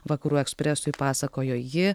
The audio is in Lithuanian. vakarų ekspresui pasakojo ji